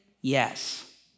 Yes